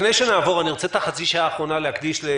לפני שנעבור אני רוצה להקדיש את